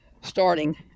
starting